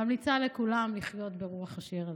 ממליצה לכולם לחיות ברוח השיר הזה.